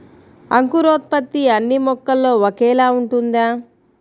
అంకురోత్పత్తి అన్నీ మొక్కల్లో ఒకేలా ఉంటుందా?